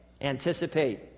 Anticipate